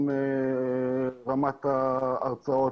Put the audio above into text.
גם רמת ההרצאות.